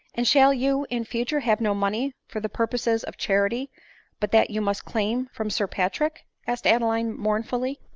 and shall you in future have no money for the pur poses of charity but that you must claim from sir pat rick? asked adeline mournfully.